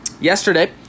Yesterday